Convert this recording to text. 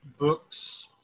books